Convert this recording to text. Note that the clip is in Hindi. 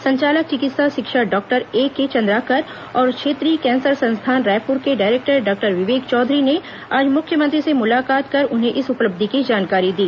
संचालक चिकित्सा शिक्षा डॉक्टर एके चंद्राकर और क्षेत्रीय कैंसर संस्थान रायपुर के डायरेक्टर डॉक्टर विवेक चौधरी ने आज मुख्यमंत्री से मुलाकात कर उन्हें इस उपलब्धि की जानकारी दी